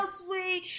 sweet